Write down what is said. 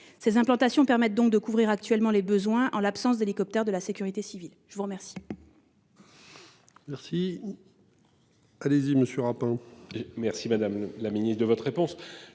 Ces implantations permettent donc de couvrir actuellement les besoins en l'absence d'hélicoptère de la sécurité civile. La parole